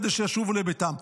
כדי שישובו לביתם.